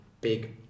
big